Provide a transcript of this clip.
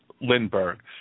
Lindbergh